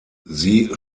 sie